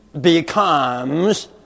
becomes